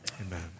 Amen